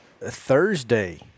Thursday